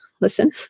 listen